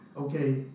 okay